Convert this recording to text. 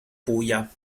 puglia